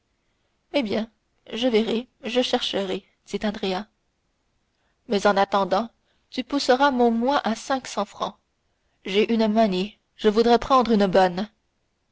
eh bien je verrai je chercherai dit andrea mais en attendant tu pousseras mon mois à cinq cents francs j'ai une manie je voudrais prendre une bonne